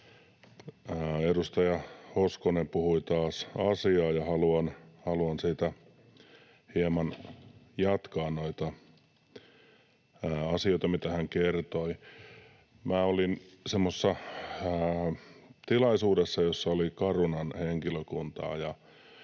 Edustaja Hoskonen puhui taas asiaa, ja haluan siitä hieman jatkaa noita asioita, mitä hän kertoi. Minä olin semmoisessa tilaisuudessa, jossa oli Carunan henkilökuntaa,